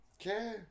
Okay